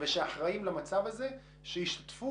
ושאחראים למצב הזה, שישתתפו